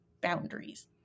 boundaries